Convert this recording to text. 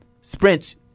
sprints